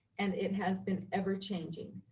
and it has been ever-changing.